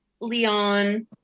Leon